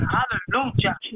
Hallelujah